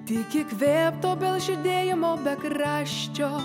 tik įkvėpt obels žydėjimo bekraščio